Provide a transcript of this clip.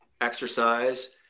exercise